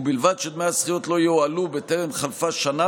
ובלבד שדמי השכירות לא יועלו בטרם חלפה שנה